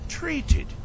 Treated